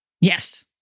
Yes